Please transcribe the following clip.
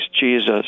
Jesus